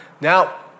Now